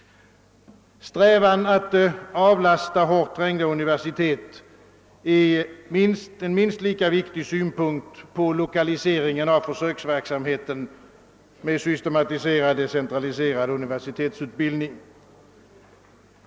Strävan att avlasta hårt trängde universitet är en minst lika viktig synpunkt på lokaliseringen av försöksverksamheten med systematiserad decentraliserad universitetsutbildning som den nyssnämnda <servicesynpunkten.